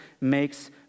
makes